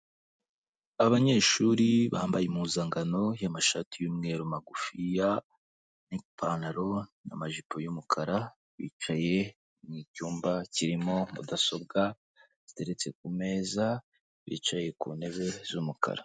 Abanyeshuri bambaye impuzangano y'amashati y'umweru magufiya n'ipantaro na amajipo y'umukara, bicaye mu cyumba kirimo mudasobwa ziteretse ku meza, bicaye ku ntebe z'umukara.